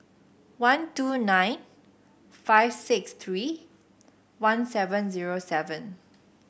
one two nine five six three one seven zero seven